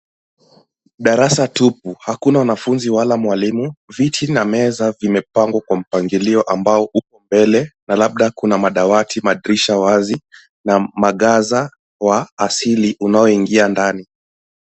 Darasa tupu, hakuna wanafunzi wala mwalimu. Viti na meza vimepangwa kwa mpangilio ambao uko mbele na labda kuna madawati, madirisha wazi na mwangaza wa asili unaoingia ndani.